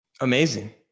Amazing